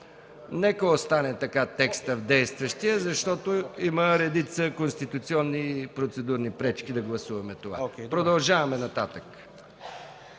Нека остане така текстът в действащия закон, защото има доста конституционни и процедурни пречки да гласуваме това. Продължаваме нататък.